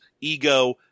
ego